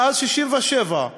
מאז 1967,